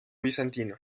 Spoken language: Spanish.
bizantino